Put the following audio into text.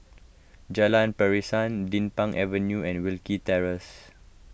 Jalan Pasiran Din Pang Avenue and Wilkie Terrace